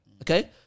Okay